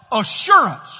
assurance